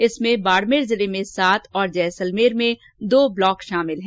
इसमें बाड़मेर जिले में सात और जैसलमेर में दो ब्लॉक शामिल है